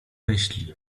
myśli